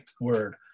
word